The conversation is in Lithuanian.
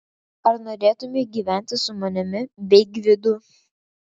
ar norėtumei gyventi su manimi bei gvidu